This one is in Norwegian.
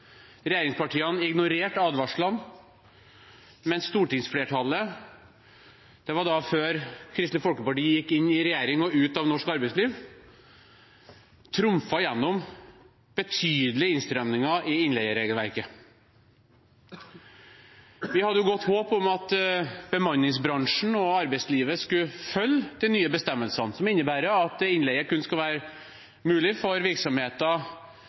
Regjeringspartiene ignorerte advarslene, men stortingsflertallet – det var før Kristelig Folkeparti gikk inn i regjering og ut av norsk arbeidsliv – trumfet gjennom betydelige innstramminger i innleieregelverket. Vi hadde godt håp om at bemanningsbransjen og arbeidslivet skulle følge de nye bestemmelsene, som innebærer at innleie kun skal være mulig for virksomheter